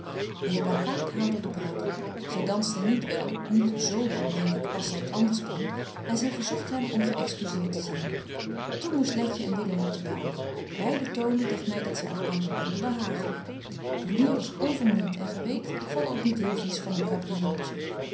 de heer blankaart haalde de bruid op zy danste niet wel niet z wel meen ik als zy t anders kan en zy verzogt hem om geëxcuseert te zyn toen moest letje en willem op de baan beide toonden dagt my dat zy elkander wilden behagen brunier was onvermoeit en gy weet ik val ook niet heel vies van een